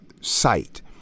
sight